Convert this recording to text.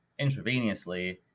intravenously